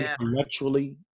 intellectually